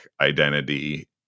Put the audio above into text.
identity